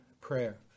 prayer